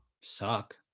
suck